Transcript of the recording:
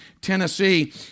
Tennessee